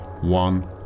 One